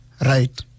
right